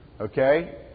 Okay